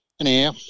anyhow